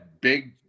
big